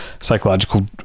psychological